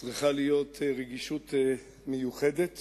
צריכה להיות רגישות מיוחדת